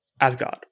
Asgard